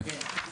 כן.